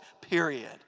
period